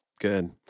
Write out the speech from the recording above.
Good